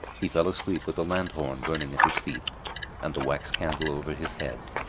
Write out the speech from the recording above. he fell asleep with the lanthorn burning at his feet and the wax-candle over his head,